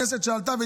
באו